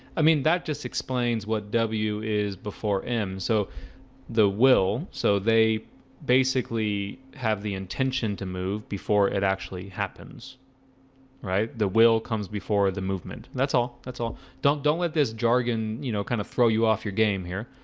i mean that just explains what w is before m so the will so they basically have the intention to move before it actually happens right, the will comes before the movement that's all that's all don't don't let this jargon, you know kind of throw you off your game here.